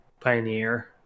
Pioneer